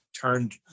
turned